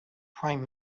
prime